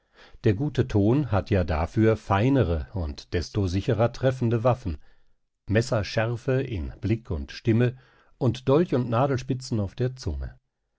der gute ton hat ja dafür feinere und desto sicherer treffende waffen messerschärfe in blick und stimme und dolch und nadelspitzen auf der zunge